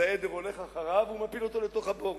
העדר הולך אחריו ומפיל אותו לתוך הבור.